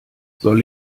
soll